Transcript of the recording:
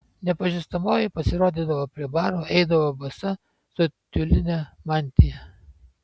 nepažįstamoji pasirodydavo prie baro eidavo basa su tiuline mantija